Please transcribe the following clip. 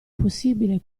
possibile